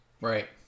Right